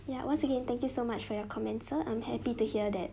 ya once again thank you so much for your comment sir I'm happy to hear that